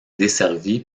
desservi